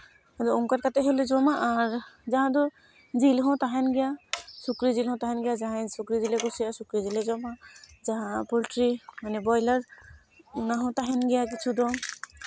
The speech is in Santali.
ᱟᱫᱚ ᱚᱱᱠᱟ ᱠᱟᱛᱮᱫ ᱦᱚᱸᱞᱮ ᱡᱚᱢᱟ ᱟᱨ ᱡᱟᱦᱟᱸ ᱫᱚ ᱡᱤᱞ ᱦᱚᱸ ᱛᱟᱦᱮᱱ ᱜᱮᱭᱟ ᱥᱩᱠᱨᱤ ᱡᱤᱞ ᱦᱚᱸ ᱛᱟᱦᱮᱱ ᱜᱮᱭᱟ ᱡᱟᱦᱟᱸᱭ ᱥᱩᱠᱨᱤ ᱡᱤᱞ ᱦᱚᱸ ᱛᱟᱦᱮᱱ ᱜᱮᱭᱟ ᱡᱟᱦᱟᱸᱭ ᱥᱩᱠᱨᱤ ᱡᱤᱞᱮ ᱠᱩᱥᱤᱭᱟᱜᱼᱟ ᱥᱩᱠᱨᱤ ᱡᱤᱞᱮ ᱡᱚᱢᱟ ᱡᱟᱦᱟᱸ ᱯᱳᱞᱴᱨᱤ ᱢᱟᱱᱮ ᱵᱚᱭᱞᱟᱨ ᱚᱱᱟ ᱦᱚᱸ ᱛᱟᱦᱮᱱ ᱜᱮᱭᱟ ᱠᱤᱪᱷᱩ ᱫᱚ